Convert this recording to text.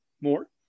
more